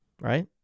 right